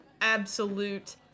absolute